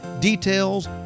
details